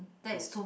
yes